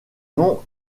nom